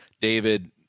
David